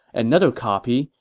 another copy,